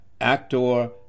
actor